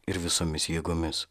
ir visomis jėgomis